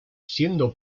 siendo